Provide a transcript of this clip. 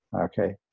okay